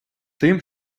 тим